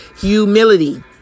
humility